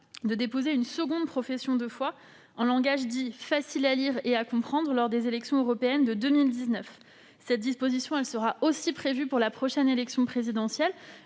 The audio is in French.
de déposer une seconde profession de foi en langage dit « facile à lire et à comprendre » lors des élections européennes de 2019. La même mesure sera prise pour la prochaine élection présidentielle